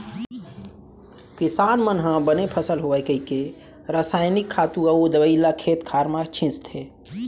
किसान मन ह बने फसल होवय कइके रसायनिक खातू अउ दवइ ल खेत खार म छींचथे